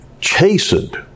chastened